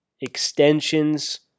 extensions